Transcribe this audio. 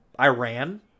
Iran